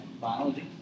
biology